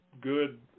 good